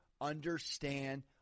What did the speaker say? understand